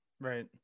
Right